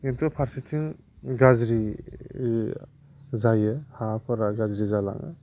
किन्थु फारसेथि गाज्रि जायो हाफोरा गाज्रि जालाङो